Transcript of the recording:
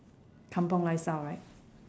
kampung lifestyle right